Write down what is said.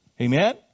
Amen